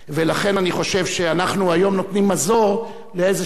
ולכן אני חושב שאנחנו היום נותנים מזור לבעיות